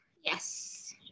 Yes